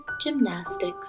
gymnastics